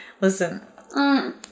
listen